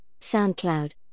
SoundCloud